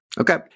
Okay